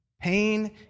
Pain